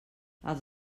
els